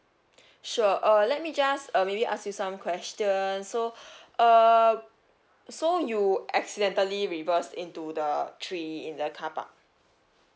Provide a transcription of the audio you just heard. sure uh let me just uh maybe ask you some questions so uh so you accidentally reverse into the tree in the car park